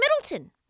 Middleton